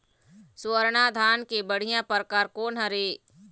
स्वर्णा धान के बढ़िया परकार कोन हर ये?